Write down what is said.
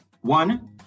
one